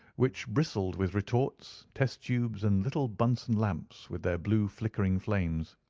which bristled with retorts, test-tubes, and little bunsen lamps, with their blue flickering flames.